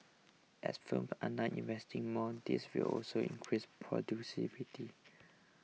as firms are now investing more this will also increase